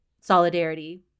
solidarity